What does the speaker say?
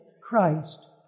Christ